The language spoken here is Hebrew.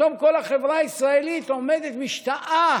פתאום כל החברה הישראלית עומדת ממש משתאה.